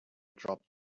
dropped